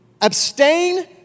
Abstain